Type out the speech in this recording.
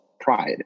pride